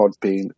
Podbean